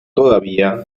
todavía